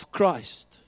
Christ